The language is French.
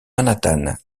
manhattan